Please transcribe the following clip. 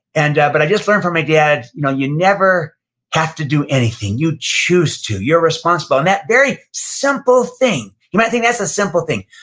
and but i just learned from my dad, you know you never have to do anything. you choose to. you're responsible. and that very simple thing, you might think that's a simple thing,